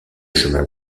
chemin